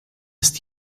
ist